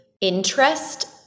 interest